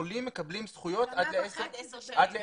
עולים מקבלים זכויות עד לעשר שנים.